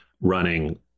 running